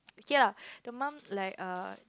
kay lah the mums like err